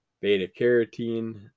beta-carotene